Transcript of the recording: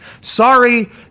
Sorry